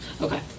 Okay